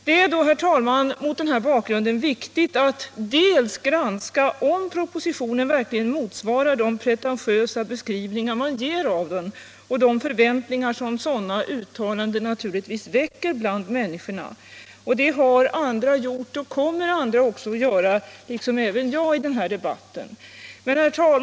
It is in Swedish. Det är, herr talman, mot den här bakgrunden viktigt att granska om propositionen verkligen motsvarar den pretentiösa beskrivning man ger av den och de förväntningar som sådana uttalanden naturligtvis väcker bland människorna. Det har andra redan gjort, och fler kommer också att göra det liksom jag återkommer till det senare i den här debatten.